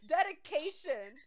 Dedication